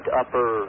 upper